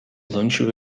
lunchen